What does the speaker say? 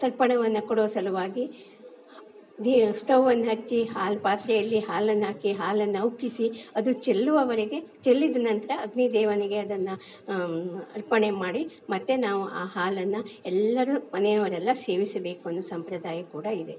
ತರ್ಪಣವನ್ನು ಕೊಡುವ ಸಲುವಾಗಿ ದೀ ಸ್ಟೌವನ್ನು ಹಚ್ಚಿ ಹಾಲು ಪಾತ್ರೆಯಲ್ಲಿ ಹಾಲನ್ನು ಹಾಕಿ ಹಾಲನ್ನು ಉಕ್ಕಿಸಿ ಅದು ಚೆಲ್ಲುವವರೆಗೆ ಚೆಲ್ಲಿದ ನಂತರ ಅಗ್ನಿ ದೇವನಿಗೆ ಅದನ್ನು ಅರ್ಪಣೆ ಮಾಡಿ ಮತ್ತು ನಾವು ಆ ಹಾಲನ್ನು ಎಲ್ಲರೂ ಮನೆಯವರೆಲ್ಲಾ ಸೇವಿಸಬೇಕೆಂದು ಸಂಪ್ರದಾಯ ಕೂಡ ಇದೆ